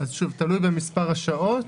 תלוי במספר השעות,